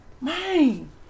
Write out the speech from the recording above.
Man